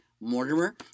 Mortimer